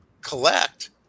collect